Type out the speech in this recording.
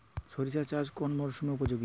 সরিষা চাষ কোন মরশুমে উপযোগী?